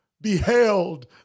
beheld